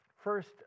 First